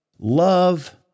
Love